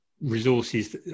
resources